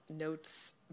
notes